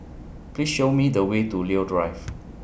Please Show Me The Way to Leo Drive